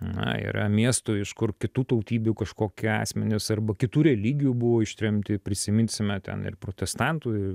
na yra miestų iš kur kitų tautybių kažkokie asmenys arba kitų religijų buvo ištremti prisiminsime ten ir protestantų ir